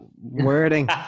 wording